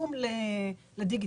הפרסום לדיגיטל.